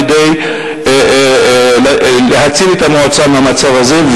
כדי להציל את המועצה מהמצב הזה.